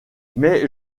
mais